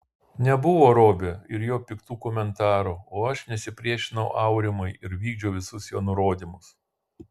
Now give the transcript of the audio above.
nebuvo robio ir jo piktų komentarų o aš nesipriešinau aurimui ir vykdžiau visus jo nurodymus